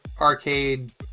arcade